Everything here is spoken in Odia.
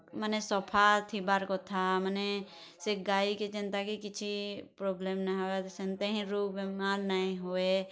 ମାନେ ସଫା ଥିବାର୍ କଥା ମାନେ ସେ ଗାଈ କେ ଯେନ୍ତା କି କିଛି ପ୍ରୋବ୍ଲେମ୍ ନାଇଁ ହେବାର ସେନ୍ତା ହିରୁ ବେମାର୍ ନାଇଁ ହୁଏ